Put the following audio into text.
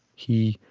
he,